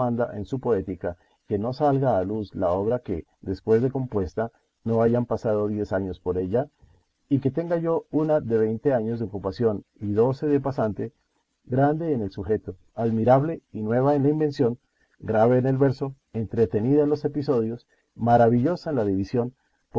en su poética que no salga a luz la obra que después de compuesta no hayan pasado diez años por ella y que tenga yo una de veinte años de ocupación y doce de pasante grande en el sujeto admirable y nueva en la invención grave en el verso entretenida en los episodios maravillosa en la división